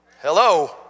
Hello